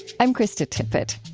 i'm krista tippett.